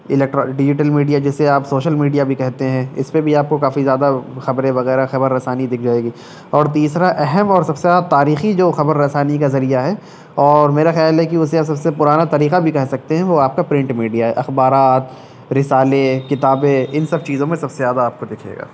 الکٹرا digital media جسے آپ social media بھی کہتے ہیں اس پہ بھی آپ کو کافی زیادہ خبریں وغیرہ خبر رسانی دکھ جائے گی اور تیسرا اہم اور سب سے زیادہ تاریخی جو خبر رسانی کا ذریعہ ہے اور میرا خیال ہے کہ اسے سب سے زیادہ پرانا طریقہ بھی کہہ سکتے ہیں وہ آپ کا پرنٹ میڈیا ہے اخبارات رسالے کتابیں ان سب چیزوں میں سب سے زیادہ آپ کو دکھے گا